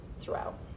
throughout